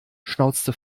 schnauzte